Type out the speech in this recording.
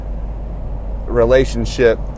relationship